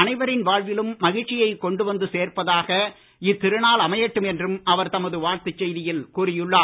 அனைவரின் வாழ்விலும் மகிழ்ச்சியை கொண்டு வந்து சேர்ப்பதாக இத்திருநாள் அமையட்டும் என்றும் அவர் தமது வாழ்த்து செய்தியில் கூறியுள்ளார்